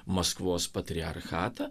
maskvos patriarchatą